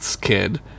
Kid